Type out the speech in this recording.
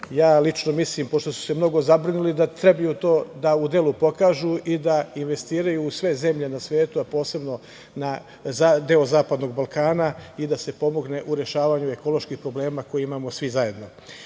Lično mislim, pošto su se mnogo zabrinuli da treba to da u delu pokažu i da investiraju u sve zemlje na svetu, posebno na deo Zapadnog Balkana i da se pomogne u rešavanju ekoloških problema koje imamo svi zajedno. Ugljen